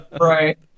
right